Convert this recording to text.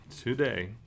today